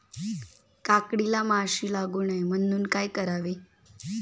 काकडीला माशी लागू नये म्हणून काय करावे?